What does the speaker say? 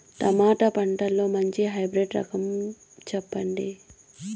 Tomato పంటలో మంచి hybrid రకం చెప్పండి?